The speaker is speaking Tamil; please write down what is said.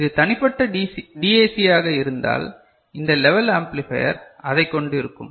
இது தனிப்பட்ட டிஏசியாக இருந்தால் இந்த லெவல் ஆம்ப்ளிஃபையர் அதைக் கொண்டு இருக்கும்